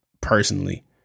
personally